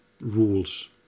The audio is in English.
rules